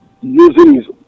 Using